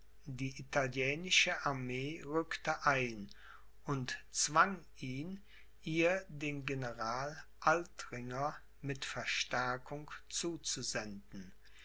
die italienische armee rückte ein und man zwang ihn ihr den general altringer mit verstärkung zuzusenden